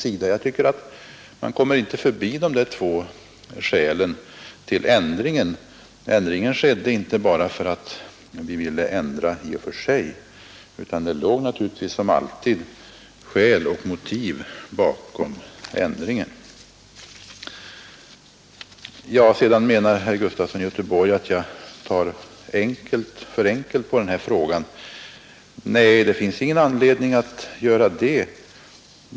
Man kommer inte förbi de där två skälen till ändringen. Den skedde inte bara för att vi ville ändra i och för sig, utan det låg naturligtvis som alltid skäl och motiv bakom ändringen. Sedan menar herr Gustafson i Göteborg att jag tar för enkelt på denna fråga. Nej, det finns ingen anledning att göra det.